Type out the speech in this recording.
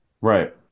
right